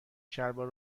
شلوار